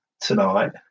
tonight